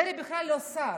דרעי בכלל לא שר,